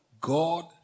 God